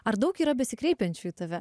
ar daug yra besikreipiančių į tave